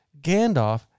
Gandalf